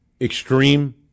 extreme